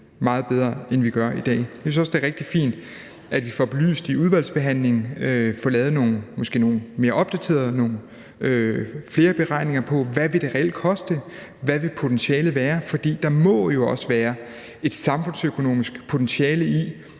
meget bedre, end vi gør i dag. Jeg synes også, det er rigtig fint, at vi får det belyst i udvalgsbehandlingen og måske får lavet nogle flere og mere opdaterede beregninger på, hvad det reelt vil koste, og hvad potentialet vil være. For der må jo også være samfundsøkonomisk potentiale i,